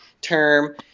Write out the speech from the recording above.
term